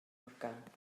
morgan